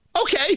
okay